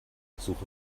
suche